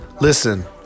Listen